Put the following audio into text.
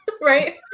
Right